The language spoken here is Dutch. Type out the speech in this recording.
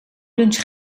lunch